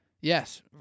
yes